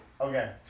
Okay